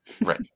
Right